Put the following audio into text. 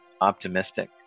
optimistic